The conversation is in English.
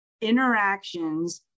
interactions